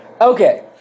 Okay